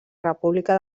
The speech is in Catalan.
república